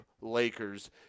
Lakers